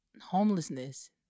homelessness